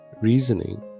reasoning